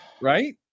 Right